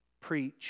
preach